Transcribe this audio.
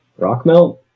Rockmelt